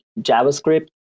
javascript